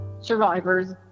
survivors